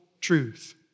truth